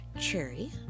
Cherry